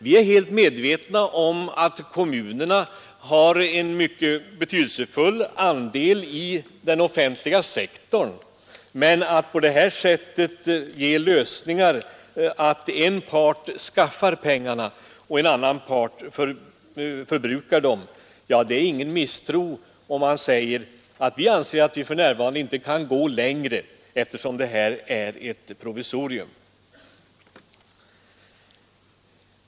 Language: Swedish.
Vi är helt medvetna om att kommunerna utgör en mycket betydelsefull del av den offentliga sektorn, men att en part skaffar pengarna och en annan part förbrukar dem är ingen hållbar lösning på problemet. Och det är ingen misstro om vi säger att vi för närvarande inte kan gå längre, eftersom det här är ett provisorium.